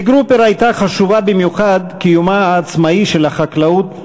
לגרופר היה חשוב במיוחד קיומה העצמאי של החקלאות,